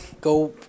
go